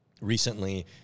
Recently